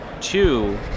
two